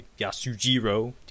Yasujiro